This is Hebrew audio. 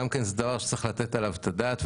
זה דבר שגם צריך לתת עליו את הדעת.